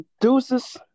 deuces